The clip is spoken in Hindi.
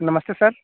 नमस्ते सर